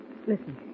listen